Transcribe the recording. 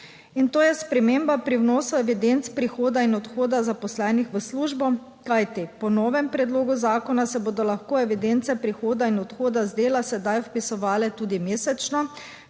In to je sprememba pri vnosu evidenc prihoda in odhoda zaposlenih v službo, kajti po novem predlogu zakona se bodo lahko evidence prihoda in odhoda z dela sedaj vpisovale tudi mesečno,